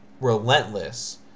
relentless